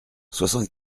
soixante